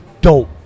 dope